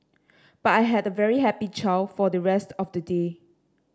but I had a very happy child for the rest of the day